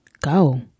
Go